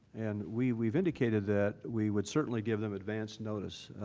and we we've indicated that we would certainly give them advanced notice,